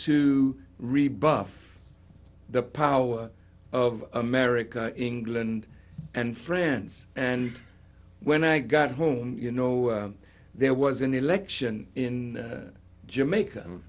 to rebuff the power of america england and france and when i got home you know there was an election in jamaica